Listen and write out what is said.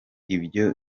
ibyo